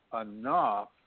enough